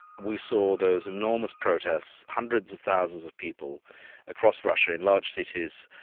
we saw those enormous protests, hundreds of thousands of people across russia in large cities,